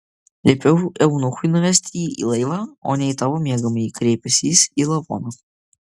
liepiau eunuchui nuvesti jį į laivą o ne į tavo miegamąjį kreipėsi jis į lavoną